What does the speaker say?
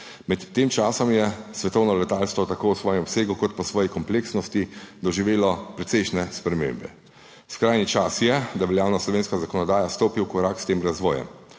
Med tem časom je svetovno letalstvo tako v svojem obsegu kot po svoji kompleksnosti doživelo precejšnje spremembe. Skrajni čas je, da veljavna slovenska zakonodaja stopi v korak s tem razvojem.